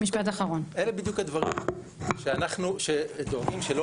ואלה בדיוק הדברים שאנחנו דואגים שלא